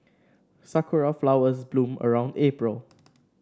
sakura flowers bloom around April